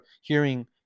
hearing